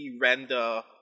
render